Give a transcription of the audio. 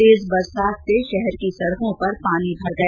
तेज बरसात से शहर की सड़कों पर पानी भर गया